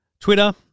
twitter